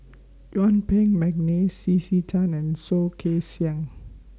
Yuen Peng Mcneice C C Tan and Soh Kay Siang